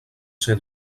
ser